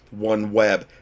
OneWeb